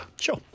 Sure